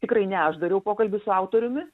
tikrai ne aš dariau pokalbį su autoriumi